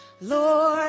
Lord